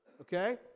okay